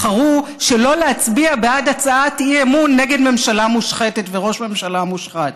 בחרו שלא להצביע בעד הצעת אי-אמון נגד ממשלה מושחתת וראש ממשלה מושחת.